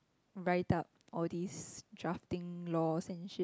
write up all this drafting laws and shit